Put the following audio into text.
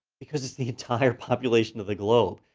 because it's the entire population of the globe.